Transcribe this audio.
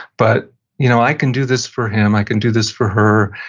but you know i can do this for him, i can do this for her,